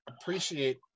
appreciate